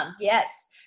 yes